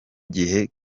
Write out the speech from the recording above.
gihe